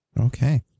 Okay